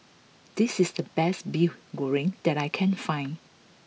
this is the best Mee Goreng that I can't find